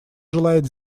желает